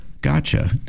Gotcha